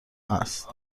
است